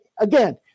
again